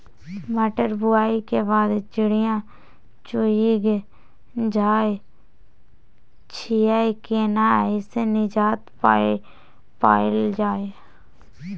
मटर बुआई के बाद चिड़िया चुइग जाय छियै केना ऐसे निजात पायल जाय?